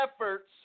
efforts